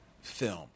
film